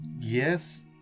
Yes